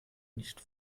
nicht